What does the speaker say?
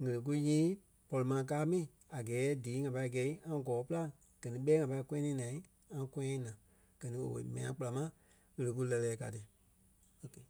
ɣelê kúu nyii pɔri ma káa mi a gɛɛ díi ŋa pâi gɛ̂i ŋa gɔɔ-pîlaŋ gɛ ni ɓɛi ŋa pâi kɔyanii naa ŋa kɔyaŋ naa. Gɛ ni owei mɛni a kpéla ma ɣele kúu lɛ́lɛɛ káa ti. Okay